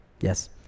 yes